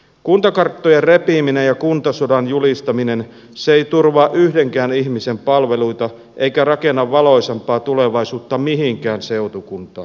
kuntakarttojen repiminen ja kuntasodan julistaminen ei turvaa yhdenkään ihmisen palveluita eikä rakenna valoisampaa tulevaisuutta mihinkään seutukuntaan